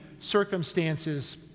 circumstances